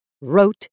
wrote